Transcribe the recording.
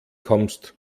kommst